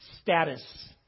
status